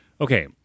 Okay